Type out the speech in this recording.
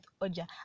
oja